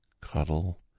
cuddle